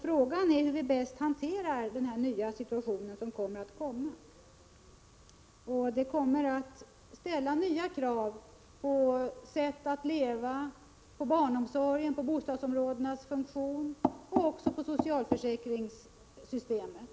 Frågan är hur vi bäst hanterar den nya situationen, som kommer att ställa nya krav på sättet att leva, på barnomsorgen, på bostadsområdenas funktion och på socialförsäkringssystemet.